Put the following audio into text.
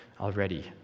already